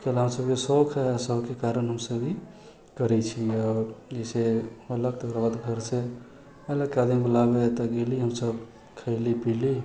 कय लए कि हमसभके शौक हय कारण हम सभ ई करै छी आओर जैसे कहलक तकरा बाद फेरसँ घर गैली तऽ फेर हमसभ खैली पिली